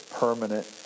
permanent